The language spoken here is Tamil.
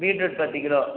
பீட் ரூட் பத்து கிலோ